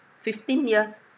fifteen years